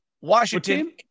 Washington